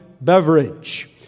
beverage